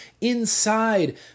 inside